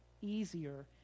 easier